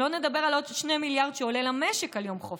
שלא לדבר על עוד 2 מיליארד שעולה למשק יום חופש,